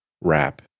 wrap